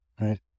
right